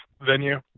venue